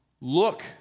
Look